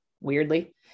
weirdly